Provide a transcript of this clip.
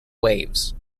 waves